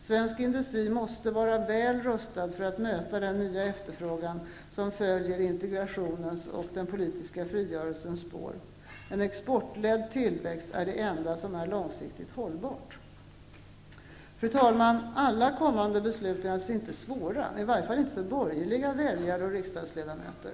Svensk industri måste vara väl rustad att möta den nya efterfrågan som följer i integrationens och den politiska frigörelsens spår. En exportledd tillväxt är det enda som är långsiktigt hållbart. Fru talman! Alla kommande beslut är alltså inte svåra, i varje fall inte för borgerliga väljare och riksdagsledamöter.